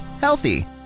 healthy